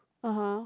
(uh huh)